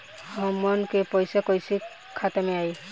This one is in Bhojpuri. हमन के पईसा कइसे खाता में आय?